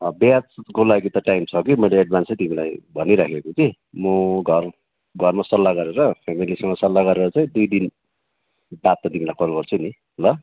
बिहाको लागि त टाइम छ कि मैले एडभान्सै तिमीलाई भनिराखेको कि म घर घरमा सल्लाह गरेर फेमिलीसङ सल्लाह गरेर चाहिँ दुई दिन बादमा तिमीलाई कल गर्छु नि ल